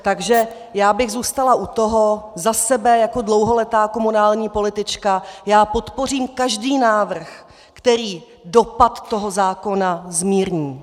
Takže já bych zůstala u toho za sebe jako dlouholetá komunální politička, já podpořím každý návrh, který dopad toho zákona zmírní.